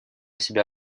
себя